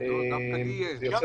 דווקא לי יש.